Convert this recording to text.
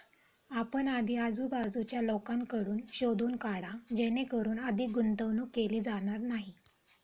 आपण आधी आजूबाजूच्या लोकांकडून शोधून काढा जेणेकरून अधिक गुंतवणूक केली जाणार नाही